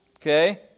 okay